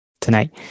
tonight